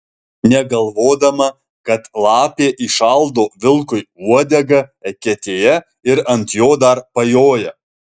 negalvodama kad lapė įšaldo vilkui uodegą eketėje ir ant jo dar pajoja